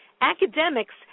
Academics